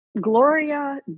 Gloria